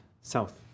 south